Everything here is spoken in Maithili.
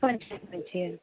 करि सकैत छियै